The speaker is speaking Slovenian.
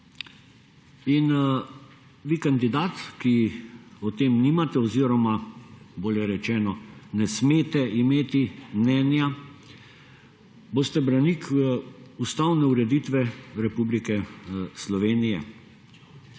In vi, kandidat, ki o tem nimate oziroma, bolje rečeno, ne smete imeti mnenja, boste branik ustavne ureditve Republike Slovenije.